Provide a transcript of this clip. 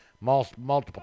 multiple